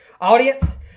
audience